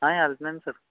వెళ్తున్నాను సార్